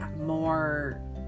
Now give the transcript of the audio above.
more